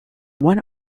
one